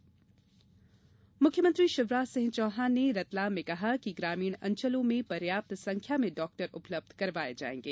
मुख्यमंत्री मुख्यमंत्री शिवराज सिंह चौहान ने रतलाम में कहा कि ग्रामीण अंचलों में पर्याप्त संख्या में डॉक्टर उपलब्ध करवाये जायेंगे